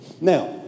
Now